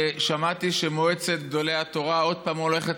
שמעתי שמועצת גדולי התורה שוב הולכת